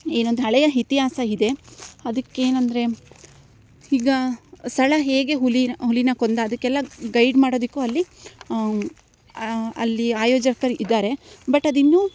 ಏನು ಒಂದು ಹಳೆಯ ಇತಿಹಾಸ ಇದೆ ಅದಕ್ಕೇನಂದರೆ ಈಗ ಸಳ ಹೇಗೆ ಹುಲಿ ಹುಲಿನ ಕೊಂದ ಅದಕ್ಕೆಲ್ಲ ಗೈಡ್ ಮಾಡೋದಿಕ್ಕೂ ಅಲ್ಲಿ ಅಲ್ಲಿ ಆಯೋಜಕರು ಇದ್ದಾರೆ ಬಟ್ ಅದು ಇನ್ನೂ